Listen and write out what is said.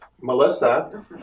Melissa